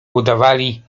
udawali